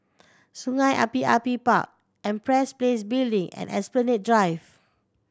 Sungei Api Api Park Empress Place Building and Esplanade Drive